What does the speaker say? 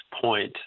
point